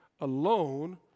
alone